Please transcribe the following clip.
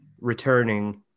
returning